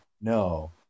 No